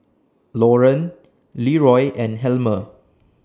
Lauren Leroy and Helmer